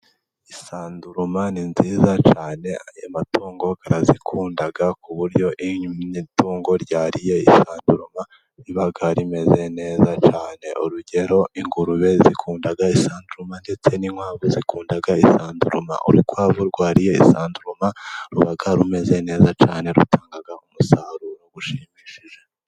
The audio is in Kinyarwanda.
Isanduruma ni nziza cyane, amatungo arazikunda, ku buryo itungo ryariye isanduruma riba rimeze neza cyane, urugero ingurube zikunda isanduruma ndetse n'inkwavu zikunda isanduruma, urukwavu rwariye isanduruma ruba rumeze neza cyane rutanga umusaruro ushimishije.